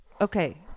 okay